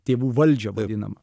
tėvų valdžią vadinamą